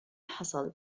حصل